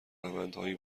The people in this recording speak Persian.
روندهایی